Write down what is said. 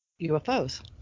UFOs